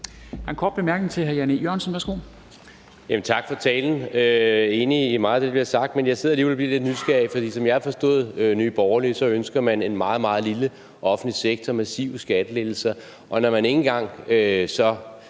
Tak for talen. Jeg er enig i meget af det, der bliver sagt, men jeg sidder alligevel og bliver lidt nysgerrig, for som jeg har forstået Nye Borgerlige, ønsker man en meget, meget lille offentlig sektor og massive skattelettelser, og når man så ikke engang